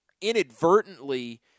inadvertently